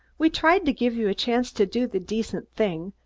we tried to give you a chance to do the decent thing,